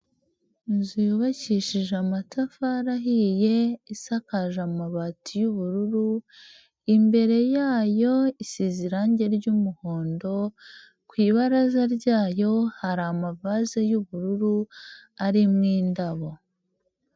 Inzu yubakishije amatafari ahiye isakaje amabati y'ubururu, imbere yayo isize irangi ry'umuhondo, ku ibaraza ryayo hari amavaze y'ubururu arimo indabo.